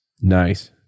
Nice